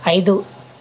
ఐదు